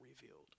revealed